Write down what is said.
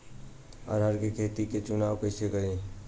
अरहर के खेत के चुनाव कईसे करी?